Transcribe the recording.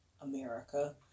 America